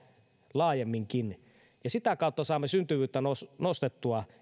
laajemminkin ja sitä kautta saamme syntyvyyttä nostettua